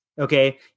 Okay